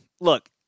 look